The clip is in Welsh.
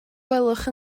gwelwch